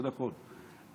זה נכון,